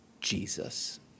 Jesus